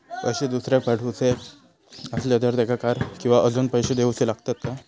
पैशे दुसऱ्याक पाठवूचे आसले तर त्याका काही कर किवा अजून पैशे देऊचे लागतत काय?